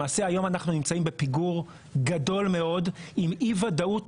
למעשה היום אנחנו נמצאים בפיגור גדול מאוד עם אי וודאות